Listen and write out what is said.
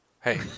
Hey